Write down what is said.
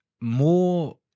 more